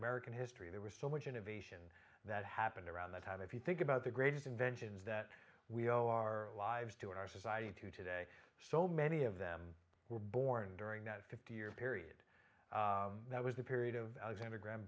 american history there was so much innovation that happened around that time if you think about the greatest inventions that we owe our lives to our society to today so many of them were born during that fifty year period that was the period of alexander gra